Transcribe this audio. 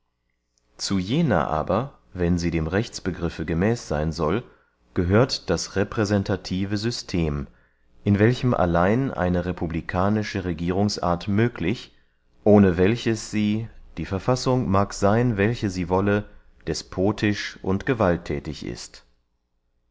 zu jener aber wenn sie dem rechtsbegriffe gemäß seyn soll gehört das repräsentative system in welchem allein eine republikanische regierungsart möglich ohne welches sie die verfassung mag seyn welche sie wolle despotisch und gewaltthätig ist